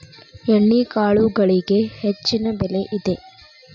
ಎಣ್ಣಿಕಾಳುಗಳಿಗೆ ಹೆಚ್ಚಿನ ಬೆಲೆ ಇದೆ